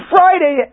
Friday